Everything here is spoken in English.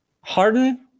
Harden